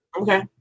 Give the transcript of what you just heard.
Okay